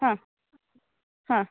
आम् आम्